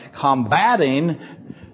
combating